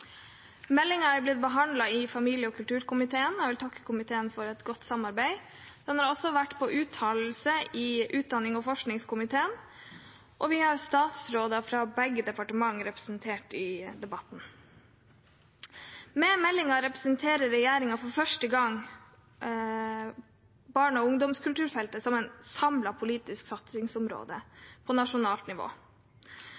blitt behandlet i familie- og kulturkomiteen, og jeg vil takke komiteen for et godt samarbeid. Den har også vært i utdannings- og forskningskomiteen til uttalelse, og vi har statsråder fra begge departementer representert i debatten. Med meldingen presenterer regjeringen for første gang barne- og ungdomskulturfeltet som et samlet politisk satsingsområde